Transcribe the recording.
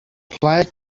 player